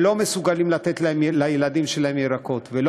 שלא מסוגלים לתת לילדים שלהם ירקות ולא